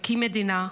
מקים מדינה,